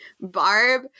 Barb